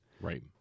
Right